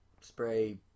spray